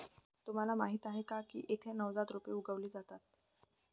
तुम्हाला माहीत आहे का की येथे नवजात रोपे उगवली जातात